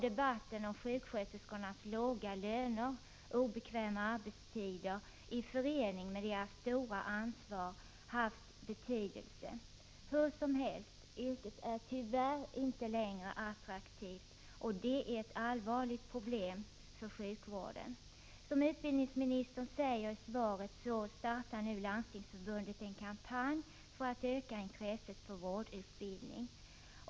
Debatten om sjuksköterskornas låga löner och obekväma arbetstid i förening med deras stora ansvar har troligen haft betydelse. Hur som helst: Yrket är tyvärr inte längre attraktivt, och det är ett allvarligt problem för sjukvården. Som utbildningsministern säger i sitt svar startar nu Landstingsförbundet en kampanj för att öka intresset för vårdutbildning.